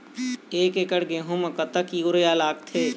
एक एकड़ गेहूं म कतक यूरिया लागथे?